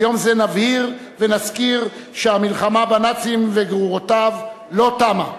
ביום זה נבהיר ונזכיר שהמלחמה בנאציזם וגרורותיו לא תמה.